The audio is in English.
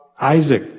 Isaac